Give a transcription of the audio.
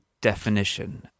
definition